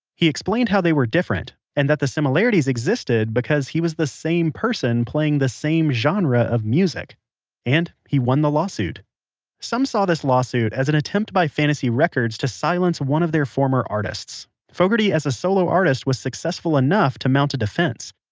he explained how they were different, and that the similarities existed because he was the same person playing the same genre of music and. he won the lawsuit some saw this lawsuit as an attempt by fantasy records to silence one of their former artist's. fogerty as a solo artist was successful enough to mount a defense,